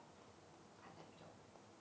part time job